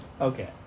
Okay